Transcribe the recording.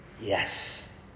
yes